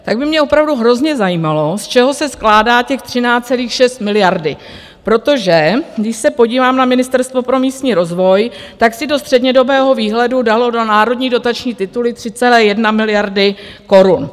Tak by mě opravdu hrozně zajímalo, z čeho se skládá těch 13,6 miliardy, protože, když se podívám na Ministerstvo pro místní rozvoj, tak si do střednědobého výhledu dalo na národní dotační tituly 3,1 miliardy korun.